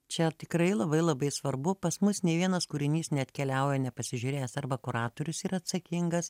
čia tikrai labai labai svarbu pas mus nei vienas kūrinys neatkeliauja nepasižiūrėjęs arba kuratorius yra atsakingas